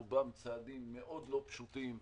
רובם מאוד לא פשוטים,